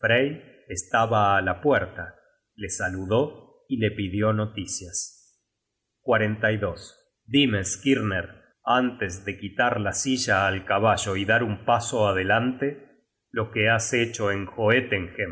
estaba á la puerta le saludó y le pidió noticias content from google book search generated at dime skirner antes de quitar la silla al caballo y dar un paso adelante lo que has hecho en